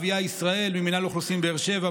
אביה ישראל ממינהל אוכלוסין באר שבע,